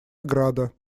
ограда